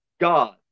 God